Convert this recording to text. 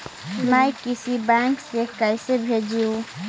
मैं किसी बैंक से कैसे भेजेऊ